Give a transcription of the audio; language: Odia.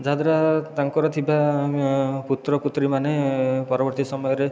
ଯାହାଦ୍ୱାରା ତାଙ୍କର ଥିବା ପୁତ୍ର ପୁତ୍ରୀମାନେ ପରବର୍ତ୍ତୀ ସମୟରେ